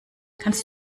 kannst